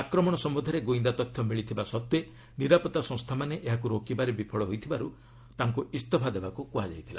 ଆକ୍ରମଣ ସମ୍ଭନ୍ଧରେ ଗୁଇନ୍ଦା ତଥ୍ୟ ମିଳିଥିବା ସତ୍ତ୍ୱେ ନିରାପତ୍ତା ସଂସ୍ଥାମାନେ ଏହାକୁ ରୋକିବାରେ ବିଫଳ ହୋଇଥିବାରୁ ତାଙ୍କୁ ଇସ୍ତଫା ଦେବାକୁ କୁହାଯାଇଥିଲା